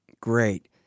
Great